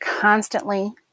constantly